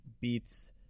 beats